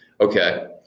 okay